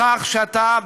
בכך שאתה,